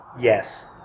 yes